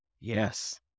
yes